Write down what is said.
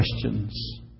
questions